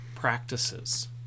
Practices